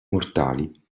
mortali